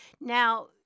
now